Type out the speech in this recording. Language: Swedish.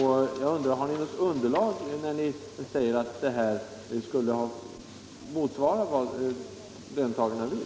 Har ni något underlag när ni säger att era krav motsvarar vad löntagarna vill?